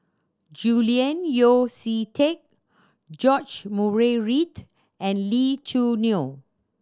Julian Yeo See Teck George Murray Reith and Lee Choo Neo